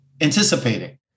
anticipating